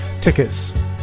tickets